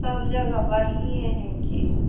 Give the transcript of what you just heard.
सब जगह बढ़िएँ हइ कि